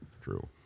true